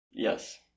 Yes